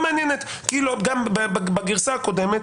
גם בגרסה הקודמת